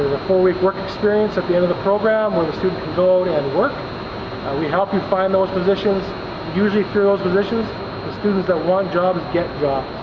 four week work experience at the end of the program where the student can go and work we help you find those positions usually through those positions the students that want jobs get jobs